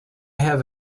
have